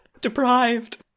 Deprived